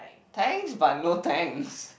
thanks but no thanks